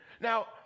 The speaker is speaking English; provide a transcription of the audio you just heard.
Now